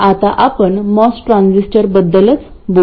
आता आपण MOS transistor बद्दलच बोलू